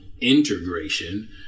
integration